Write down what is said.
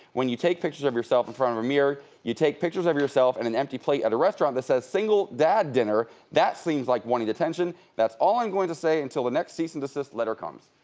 when you take pictures of yourself in front of a mirror you take pictures of yourself and an empty plate at a restaurant that says single dad dinner, that seems like wanting attention. that's all i'm going to say until the next cease and desist letter comes.